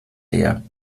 leer